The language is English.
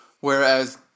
Whereas